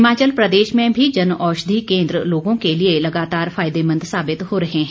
हिमाचल प्रदेश में भी जन औषधि केन्द्र लोगों के लिए लगातार फायदेमंद साबित हो रहे हैं